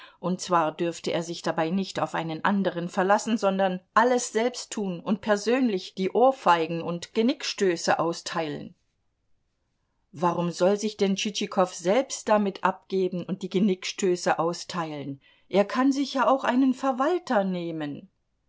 und zwar dürfte er sich dabei nicht auf einen anderen verlassen sondern alles selbst tun und persönlich die ohrfeigen und genickstöße austeilen warum soll sich denn tschitschikow selbst damit abgeben und die genickstöße austeilen er kann sich ja auch einen verwalter nehmen